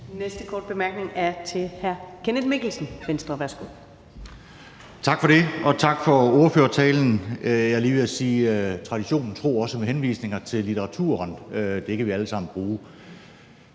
Venstre. Værsgo. Kl. 20:08 Kenneth Mikkelsen (V): Tak for det, og tak for ordførertalen. Jeg er lige ved at sige, at traditionen tro var den også med henvisning til litteraturen. Det kan vi alle sammen bruge.